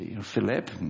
Philip